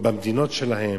במדינות שלהם,